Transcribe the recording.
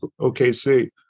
OKC